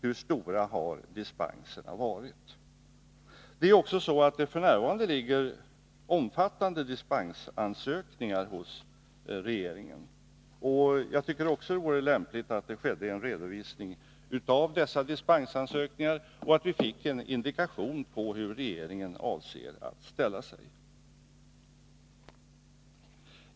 Hur stora har dispenserna varit? F.n. ligger det också omfattande dispensansökningar hos regeringen. Jag tycker att det vore rimligt att det skedde en redovisning också av dessa ansökningar och att vi fick en indikation på hur regeringen avser att ställa sig.